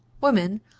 women